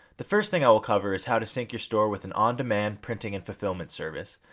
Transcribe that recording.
the first thing i will cover is how to sync your store with an on demand printing and fulfillment service,